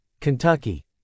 Kentucky